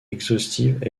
exhaustive